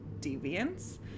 Deviance